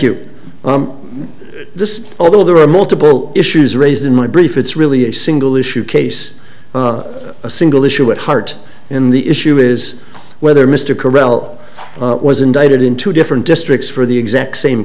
you on this although there are multiple issues raised in my brief it's really a single issue case a single issue at heart in the issue is whether mr corral was indicted in two different districts for the exact same